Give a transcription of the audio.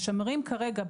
משמרים כרגע,